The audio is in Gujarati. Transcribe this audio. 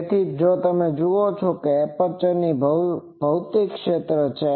તેથી તમે જુઓ છો કે આ એપ્રેચર નું ભૌતિક ક્ષેત્ર છે